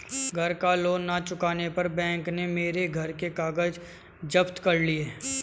घर का लोन ना चुकाने पर बैंक ने मेरे घर के कागज जप्त कर लिए